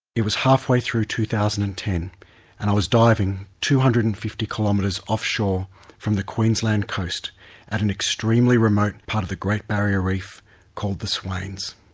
it was half way through two thousand and ten and i was diving two hundred and fifty kilometres offshore from the queensland coast at an extremely remote part of the great barrier reef called the swains.